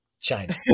china